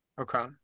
Okay